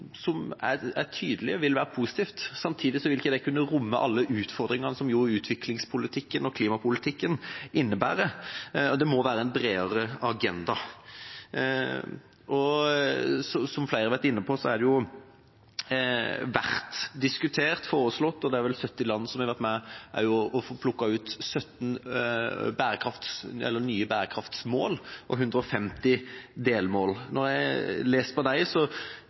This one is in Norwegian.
er tydelige, vil være positivt. Samtidig vil det ikke kunne romme alle utfordringene som utviklingspolitikken og klimapolitikken innebærer, det må være en bredere agenda. Som flere har vært inne på, har dette vært diskutert og foreslått, og det er vel 70 land som har vært med på å plukke ut 17 nye bærekraftmål og 150 delmål. Når jeg leser om dem, er min opplevelse at de